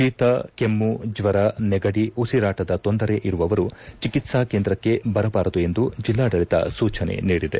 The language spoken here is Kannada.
ಶೀತ ಕೆಮ್ಮು ಜ್ವರ ನೆಗಡಿ ಉಸಿರಾಟದ ತೊಂದರೆ ಇರುವವರು ಚಿಕಿತ್ಸಾ ಕೇಂದ್ರಕ್ಕೆ ಬರಬಾರದು ಎಂದು ಜಿಲ್ಲಾಡಳಿತ ಸೂಚನೆ ನೀಡಿದೆ